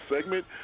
segment